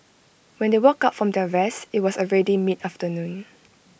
when they woke up from their rest IT was already mid afternoon